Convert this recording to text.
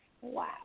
Wow